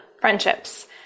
friendships